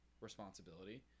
responsibility